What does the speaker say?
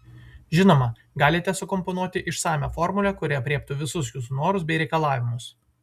žinoma galite sukomponuoti išsamią formulę kuri aprėptų visus jūsų norus bei reikalavimus